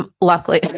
luckily